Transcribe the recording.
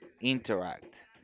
interact